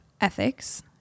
ethics